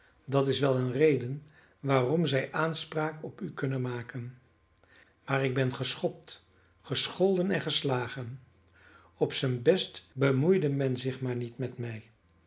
gehad dat is wel eene reden waarom zij aanspraak op u kunnen maken maar ik ben geschopt gescholden en geslagen op zijn best bemoeide men zich maar niet met mij